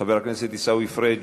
חבר הכנסת עיסאווי פריג'